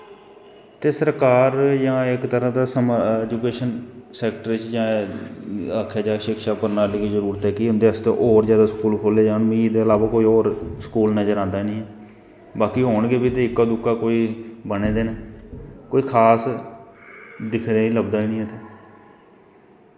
ते सरकार जां इक तरां दा ऐजुकेशन सैक्टर च जां आक्खेआ जा शिक्षा प्रणाली दी जरूरत कि उंदै आस्तै होर जादै स्कूल खोह्ल्ले जान एह्दे इलावा होर स्कूल नज़र आंदा नी बाकी होन गे बी ते इक्का दुक्का बने दे न कोई खास दिक्खने गी लब्भदा नी ऐ इत्थें